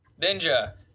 Ninja